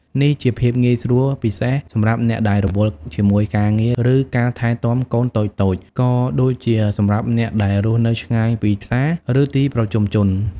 នេះជាភាពងាយស្រួលពិសេសសម្រាប់អ្នកដែលរវល់ជាមួយការងារ ឬការថែទាំកូនតូចៗ ក៏ដូចជាសម្រាប់អ្នកដែលរស់នៅឆ្ងាយពីផ្សារ ឬទីប្រជុំជន។